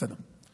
בסדר.